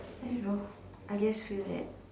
I don't know I just feel that